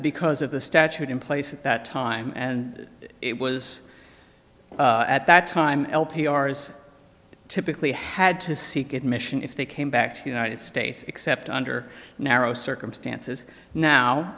because of the statute in place at that time and it was at that time l p r as typically had to seek admission if they came back to the united states except under narrow circumstances now